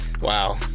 Wow